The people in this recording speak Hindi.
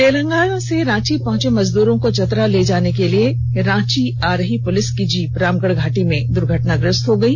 तेलंगाना से रांची पहुंचे मजदूरों को चतरा ले जाने के लिए रांची आ रही पुलिस की जीप रामगढ़ घाटी में दुर्घटनाग्रस्त हो गयी